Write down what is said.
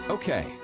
Okay